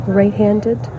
right-handed